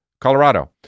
Colorado